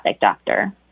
doctor